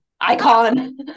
Icon